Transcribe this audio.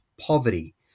poverty